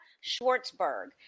Schwartzberg